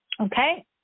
Okay